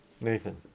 Nathan